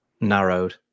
narrowed